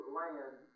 land